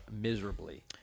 miserably